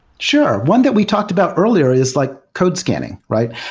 sure. one that we talked about earlier is like code scanning, right?